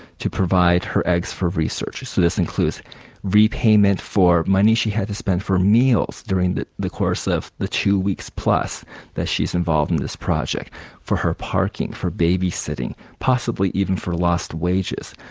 to provide her eggs for research. so this includes repayment for money she had to spend for meals during the the course of the two weeks plus that she's involved in this project for her parking, for baby sitting, possibly even for lost wages.